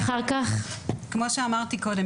כמו שאמרתי קודם,